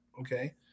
okay